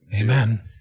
Amen